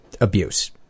abuse